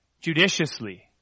judiciously